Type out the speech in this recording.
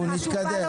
תודה.